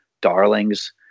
darlings